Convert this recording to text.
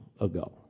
ago